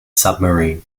submarine